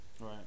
Right